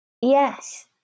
Yes